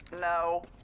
No